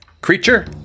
creature